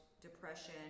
depression